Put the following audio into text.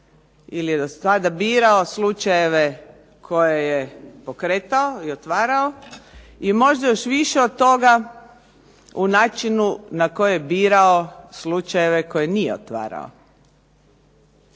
ili je dosada birao slučajeve koje je pokretao i otvarao i možda još više od toga u načinu na koji je birao slučajeve koje nije otvarao.